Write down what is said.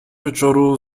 wieczoru